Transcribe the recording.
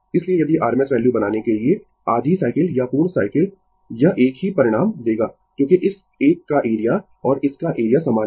इसलिए यदि RMS value बनाने के लिए आधी साइकिल या पूर्ण साइकिल यह एक ही परिणाम देगा क्योंकि इस एक का एरिया और इस का एरिया समान है